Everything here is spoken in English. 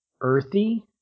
earthy